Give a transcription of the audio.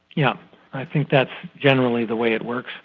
yeah i think that's generally the way it works.